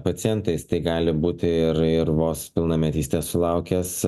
pacientais tai gali būti ir ir vos pilnametystės sulaukęs